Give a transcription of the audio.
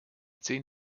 zehn